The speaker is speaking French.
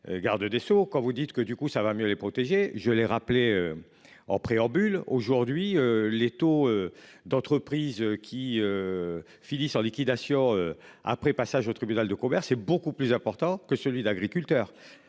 Garde des Sceaux quand vous dites que du coup ça va mieux les protéger. Je l'ai rappelé. En préambule, aujourd'hui les taux d'entreprises qui. Finissent en liquidation. Après passage au tribunal de commerce est beaucoup plus important que celui d'agriculteurs